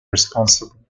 responsible